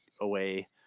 away